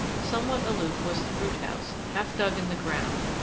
somewhat aloof was the root-house, half dug in the ground,